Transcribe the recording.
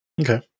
okay